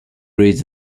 raised